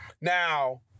now